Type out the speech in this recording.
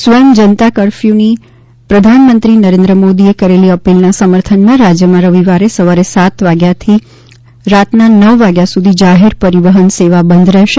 સ્વયં જનતા કરફ્યુની પ્રધાનમંત્રી નરેન્દ્ર મોદીએ કરેલી અપીલના સમર્થનમાં રાજ્યમાં રવિવારે સવારે સાત વાગ્યાથી રાતના નવ વાગ્યા સુધી જાહેર પરિવહન સેવા બંધ રહેશે